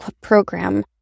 program